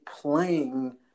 playing